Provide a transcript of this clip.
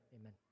amen